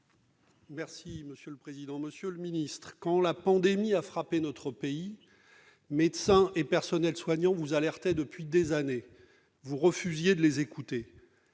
des solidarités et de la santé, quand la pandémie a frappé notre pays, médecins et personnels soignants vous alertaient depuis des années. Vous refusiez de les écouter.